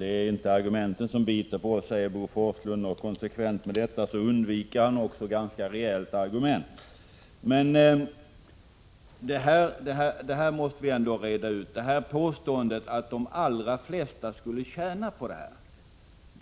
Herr talman! Argument biter inte på oss, säger Bo Forslund. I konsekvens härmed undviker han också att anföra några sakargument. Vi måste emellertid reda ut påståendet att de allra flesta skulle tjäna på det